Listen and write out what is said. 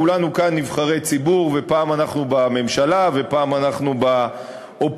כולנו כאן נבחרי ציבור ופעם אנחנו בממשלה ופעם אנחנו באופוזיציה,